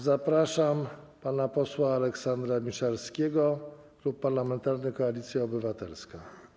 Zapraszam pana posła Aleksandra Miszalskiego, Klub Parlamentarny Koalicja Obywatelska.